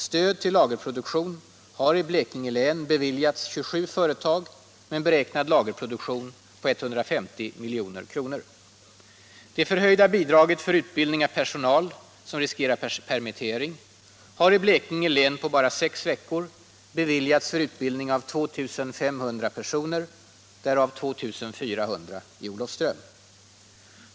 Stöd till lagerproduktion har i Blekinge län beviljats 27 företag med en beräknad lagerproduktion på 150 milj.kr. Det förhöjda bidraget för utbildning av personal som riskerar permittering har i Blekinge län, på bara sex veckor, beviljats för utbildning av 2 500 personer, därav 2 400 i Olofström.